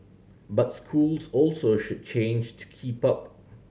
but schools also should change to keep up